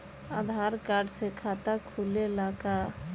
आधार card से खाता खुले ला का?